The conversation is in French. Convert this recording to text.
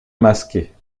masqué